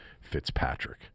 Fitzpatrick